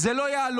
זה לא יהלומים,